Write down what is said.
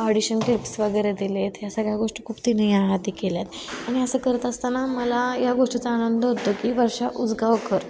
audition clips वगैरे दिले आहेत या सगळ्या गोष्टी खूप तिने या आधी केल्यात आणि असं करत असताना मला या गोष्टीचा आनंद होतो की वर्षा उसगावकर